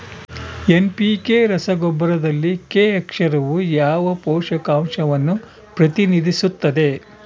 NPK ರಸಗೊಬ್ಬರದಲ್ಲಿ K ಅಕ್ಷರವು ಯಾವ ಪೋಷಕಾಂಶವನ್ನು ಪ್ರತಿನಿಧಿಸುತ್ತದೆ?